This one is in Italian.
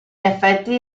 effetti